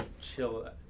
chill